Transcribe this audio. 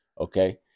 Okay